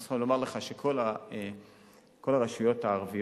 אנחנו צריכים לומר לך שכל הרשויות הערביות,